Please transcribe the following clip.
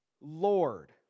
Lord